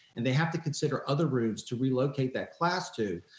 and they have to consider other rooms to relocate that class to.